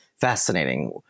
fascinating